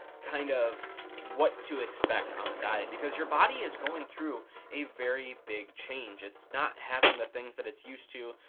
kind of what to expect on the diet because your body is going through a very big change. it's not having the things that it's used to,